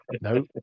no